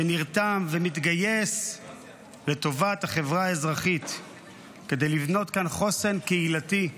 שנרתם ומתגייס לטובת החברה האזרחית כדי לבנות כאן חוסן קהילתי?